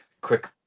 quick